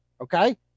Okay